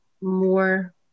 more